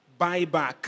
Buyback